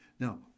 Now